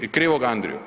I krivog Andriju.